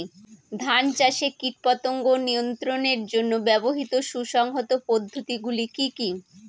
ধান চাষে কীটপতঙ্গ নিয়ন্ত্রণের জন্য ব্যবহৃত সুসংহত পদ্ধতিগুলি কি কি?